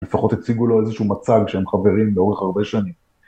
לפחות הציגו לו איזשהו מצג שהם חברים באורך הרבה שנים.